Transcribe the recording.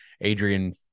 Adrian